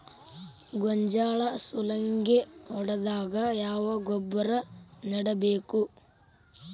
ಗೋಂಜಾಳ ಸುಲಂಗೇ ಹೊಡೆದಾಗ ಯಾವ ಗೊಬ್ಬರ ನೇಡಬೇಕು?